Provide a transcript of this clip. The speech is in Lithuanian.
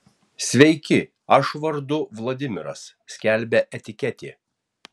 sveiki aš vardu vladimiras skelbia etiketė